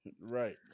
right